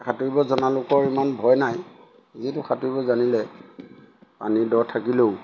সাঁতুৰিব জনালোকৰ ইমান ভয় নাই যিহেতু সাঁতুৰিব জানিলে পানী দ থাকিলেও